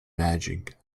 magic